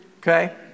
Okay